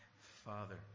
Father